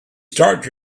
start